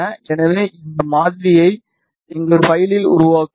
எனவே இந்த மாதிரியை எங்கள் பைலில் உருவாக்குவோம்